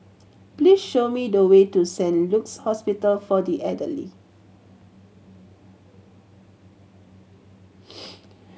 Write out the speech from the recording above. please show me the way to Saint Luke's Hospital for the Elderly